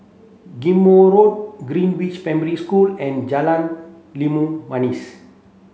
Ghim Moh Road Greenridge Primary School and Jalan Limau Manis